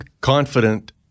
confident –